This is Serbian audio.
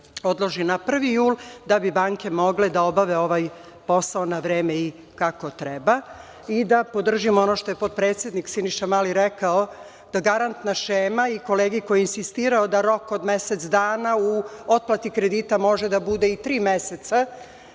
odloži na 1. jul da bi banke mogle da obave ovaj posao na vreme i kako treba. Da podržim ono što je potpredsednik Siniša Mali rekao, da garantna šema i kolega koji je insistirao da rok od mesec dana u otplati kredita može da bude i tri meseca,